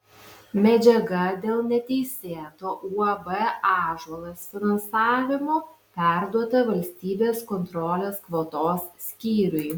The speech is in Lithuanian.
medžiaga dėl neteisėto uab ąžuolas finansavimo perduota valstybės kontrolės kvotos skyriui